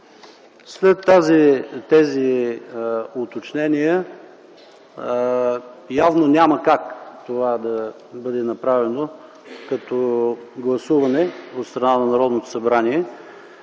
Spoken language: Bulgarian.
След тези уточнения явно няма как това да бъде направено като гласуване от страна на Народното събрание.